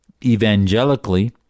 evangelically